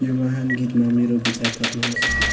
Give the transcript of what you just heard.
यो महान गीतमा मेरो विचार थप्नुहोस्